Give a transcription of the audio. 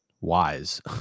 wise